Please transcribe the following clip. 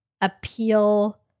appeal